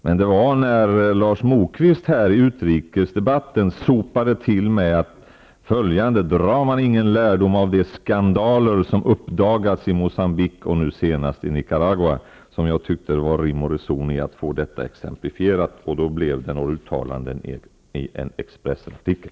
Men när Lars Moquist i utrikesdebatten sopade till med att man inte dragit någon lärdom av de skandaler som uppdagats i Moçambique och nu senast i Nicaragua, tyckte jag att det var rim och reson att få detta exemplifierat. Därför blev det några uttalanden i en Expressenar tikel.